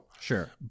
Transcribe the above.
Sure